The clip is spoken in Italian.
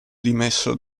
dimesso